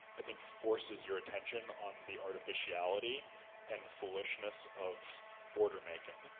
i think, forces your intention on the artificiality and foolishness of border-making,